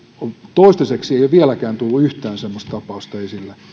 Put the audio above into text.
toistaiseksi ei ole vieläkään tullut yhtään semmoista tapausta esille